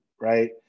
right